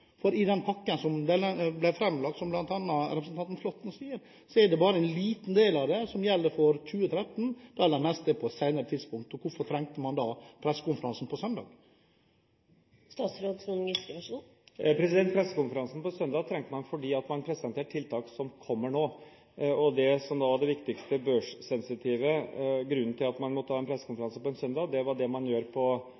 I den pakken som ble framlagt, er det – som bl.a. representanten Flåtten sa – bare en liten del som gjelder for 2013, det aller meste gjelder på et senere tidspunkt. Hvorfor trengte man da å ha pressekonferanse søndag? Pressekonferansen søndag trengte man for å presentere tiltak som kommer nå. Den viktigste – børssensitive – grunnen til at man måtte ha pressekonferanse på en søndag, er det man gjør innenfor oljebeskatningen. Man begrenser noe av friinntekten i oljesektoren – strammer litt til. Det er en